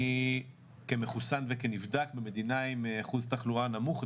אני כמחוסן וכשנבדק במדינה עם אחוז תחלואה נמוך,